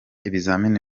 ibizamini